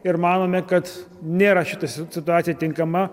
ir manome kad nėra šita situacija tinkama